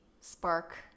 spark